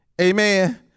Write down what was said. Amen